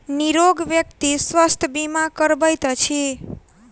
निरोग व्यक्ति स्वास्थ्य बीमा करबैत अछि